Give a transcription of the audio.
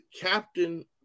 captain